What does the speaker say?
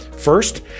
First